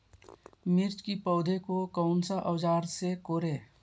मिर्च की पौधे को कौन सा औजार से कोरे?